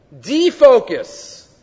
defocus